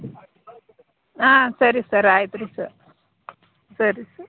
ಆಂ ಸರಿ ಸರ್ ಆಯ್ತು ರೀ ಸರ್ ಸರಿ ಸರ್